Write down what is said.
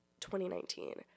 2019